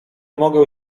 mogę